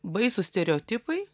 baisūs stereotipai